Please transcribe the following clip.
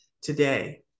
today